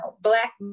black